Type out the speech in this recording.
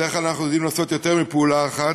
בדרך כלל אנחנו יודעים לעשות יותר מפעולה אחת.